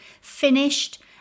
finished